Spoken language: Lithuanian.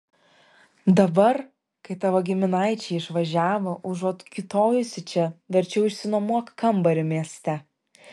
dabar kai tavo giminaičiai išvažiavo užuot kiūtojusi čia verčiau išsinuomok kambarį mieste